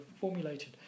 formulated